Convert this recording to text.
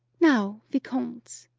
now, viscount,